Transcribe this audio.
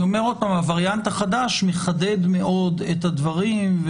הווריאנט החשד מחדד מאוד את הדברים,